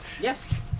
Yes